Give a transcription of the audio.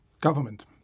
Government